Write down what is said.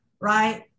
right